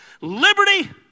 Liberty